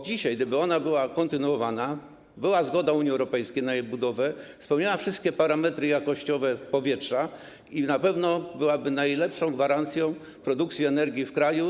Gdyby jej budowa była kontynuowana, była zgoda Unii Europejskiej na jej budowę, spełniała wszystkie parametry jakościowe powietrza, na pewno byłaby najlepszą gwarancją produkcji energii w kraju.